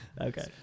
Okay